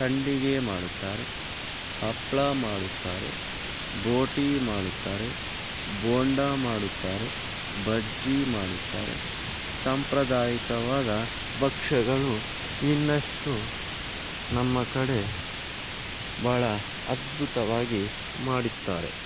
ಸಂಡಿಗೆ ಮಾಡುತ್ತಾರೆ ಹಪ್ಪಳ ಮಾಡುತ್ತಾರೆ ಬೋಟಿ ಮಾಡುತ್ತಾರೆ ಬೋಂಡ ಮಾಡುತ್ತಾರೆ ಬಜ್ಜಿ ಮಾಡುತ್ತಾರೆ ಸಾಂಪ್ರದಾಯಿಕವಾದ ಭಕ್ಷ್ಯಗಳು ಇನ್ನಷ್ಟು ನಮ್ಮ ಕಡೆ ಬಹಳ ಅದ್ಭುತವಾಗಿ ಮಾಡುತ್ತಾರೆ